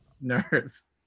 nurse